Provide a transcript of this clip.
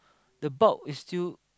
the bulk is still